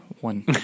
one